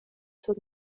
sur